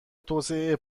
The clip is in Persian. توسعه